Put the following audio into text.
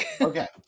Okay